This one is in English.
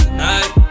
night